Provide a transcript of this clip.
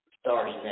starting